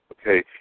Okay